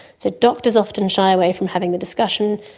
so doctors often shy away from having the discussion,